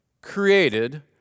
created